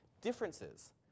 differences